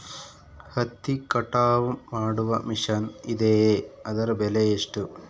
ಹತ್ತಿ ಕಟಾವು ಮಾಡುವ ಮಿಷನ್ ಇದೆಯೇ ಅದರ ಬೆಲೆ ಎಷ್ಟು?